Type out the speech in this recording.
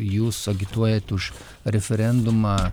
jūs agituojat už referendumą